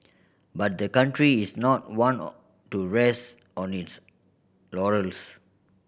but the country is not one to rest on its laurels